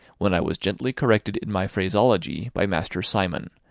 when i was gently corrected in my phraseology by master simon,